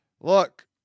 Look